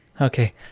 Okay